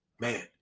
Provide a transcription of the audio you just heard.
Man